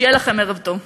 שיהיה לכם ערב טוב.